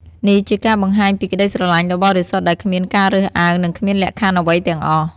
នេះជាការបង្ហាញពីក្តីស្រឡាញ់ដ៏បរិសុទ្ធដែលគ្មានការរើសអើងនិងគ្មានលក្ខខណ្ឌអ្វីទាំងអស់។